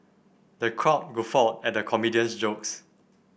the crowd guffawed at the comedian's jokes